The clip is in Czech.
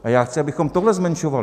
A já chci, abychom v tomhle zmenšovali.